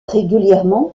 régulièrement